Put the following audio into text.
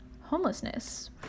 homelessness